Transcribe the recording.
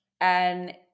And-